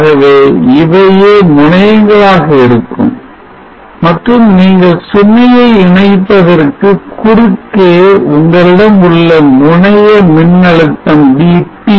ஆகவே இவையே முனையங்களாக இருக்கும் மற்றும் நீங்கள் சுமையை இணைப்பதற்கு குறுக்கே உங்களிடம் உள்ள முனைய மின்னழுத்தம் VT